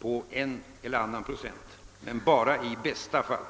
på en eller annan procent, men bara i bästa fall.